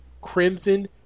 Crimson